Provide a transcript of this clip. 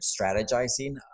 strategizing